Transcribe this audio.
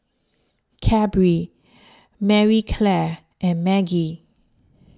Cadbury Marie Claire and Maggi